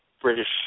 British